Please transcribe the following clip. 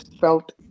felt